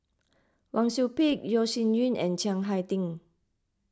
Wang Sui Pick Yeo Shih Yun and Chiang Hai Ding